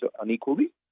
unequally